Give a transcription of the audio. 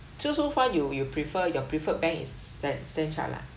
so so far you you prefer your preferred bank is stan stan chart lah